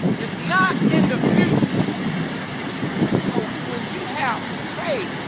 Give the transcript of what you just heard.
it's not in the future so when you have faith